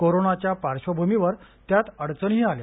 कोरोनाच्या पार्श्वभूमीवर त्यात अडचणीही आल्या